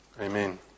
Amen